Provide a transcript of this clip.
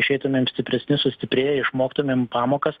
išeitumėm stipresni sustiprėję išmoktumėm pamokas